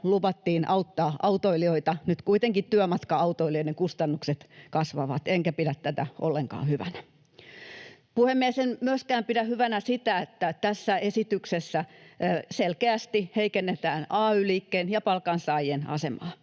luvattiin auttaa autoilijoita. Nyt kuitenkin työmatka-autoilijoiden kustannukset kasvavat, enkä pidä tätä ollenkaan hyvänä. Puhemies! En myöskään pidä hyvänä sitä, että tässä esityksessä selkeästi heikennetään ay-liikkeen ja palkansaajien asemaa.